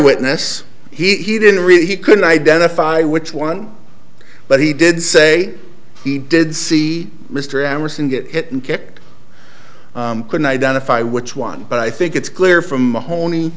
witness he didn't really he couldn't identify which one but he did say he did see mr emerson get hit and kicked couldn't identify which one but i think it's clear from